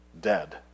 dead